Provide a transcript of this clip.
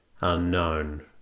unknown